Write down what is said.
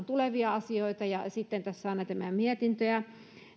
tulevista asioista ja sitten tässä on näitä meidän mietintöjämme